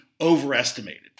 overestimated